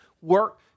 Work